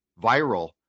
viral